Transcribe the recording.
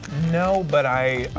no, but i,